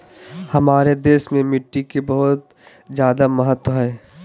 हमार देश में मिट्टी के बहुत जायदा महत्व हइ